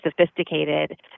sophisticated